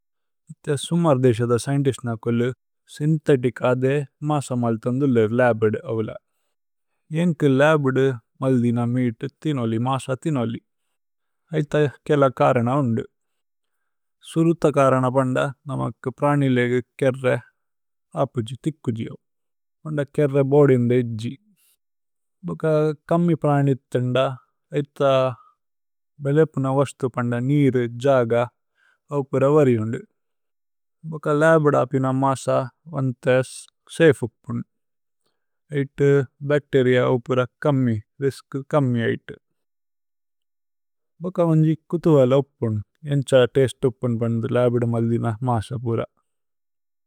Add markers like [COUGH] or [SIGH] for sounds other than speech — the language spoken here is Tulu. ഇഥേ സുമര്ദേശ ദ സ്ചിഏന്തിസ്ത് ന കോല്ലു സ്യ്ന്ഥേതിച്। ആദേ മാസ മല്തന്ദു ലേര് ലബ്ദ് അവ്ല ജേന്ഗ്കു ലബ്ദ്। മല്ദി ന മീതു ഥിനോലി മാസ ഥിനോലി ഐഥ കേല। കരന ഉന്ദു സുരുഥ കരന പന്ദ നമക് പ്രാനിലേഗേ। [HESITATION] കേര്രേ അപുജി തിക്കുജിഓ ഓന്ദ കേര്രേ ബോദി। ന്ദേജ്ജി ഭോക കമ്മി പ്രാനിഥ് തേന്ദ ഐഥ ഭേലേപു ന। വസ്തു പന്ദ നീരു ജഗ, അവ്പുര വര്രി ഉന്ദു। ഭോക ലബ്ദ് അപിന മാസ വന്ഥേസ് സേഇഫ് ഉപ്പുന് ഐഥ। [HESITATION] ബക്തേരിഅ അവ്പുര കമ്മി രിസ്ക് കമി। [HESITATION] ഐഥ ഭോക വന്ജി കുഥുവേല് ഉപ്പുന്। ജേന്ഗ്ഛ തേസ്ത് ഉപ്പുന് പന്ദു ലബ്ദ് മല്ദി ന മാസ പുര।